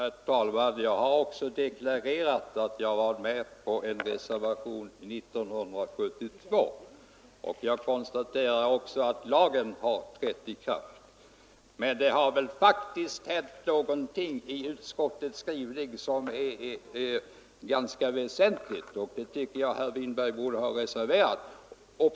Herr talman! Jag har deklarerat att jag var med på en reservation 1972. Jag konstaterade också att lagen har trätt i kraft. Men det har väl faktiskt hänt något väsentligt i utskottets skrivning, och det tycker jag att herr Winberg borde ha observerat.